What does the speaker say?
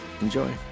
enjoy